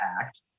Act